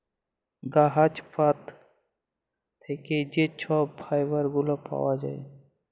গাহাচ পাত থ্যাইকে যে ছব ফাইবার গুলা পাউয়া যায়